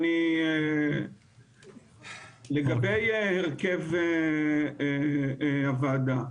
לגבי הרכב הוועדה.